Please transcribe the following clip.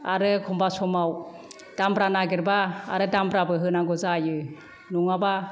आरो एखमबा समाव दामब्रा नागेरबा आरो दामब्राबो होनांगौ जायो नङाबा